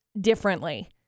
differently